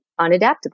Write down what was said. unadaptable